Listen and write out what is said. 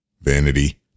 vanity